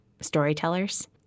storytellers